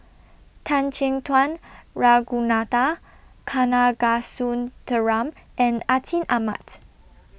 Tan Chin Tuan Ragunathar Kanagasuntheram and Atin Amat